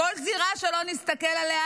כל זירה שלא נסתכל עליה,